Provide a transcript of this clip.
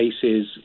cases